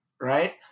right